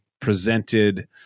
presented